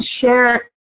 share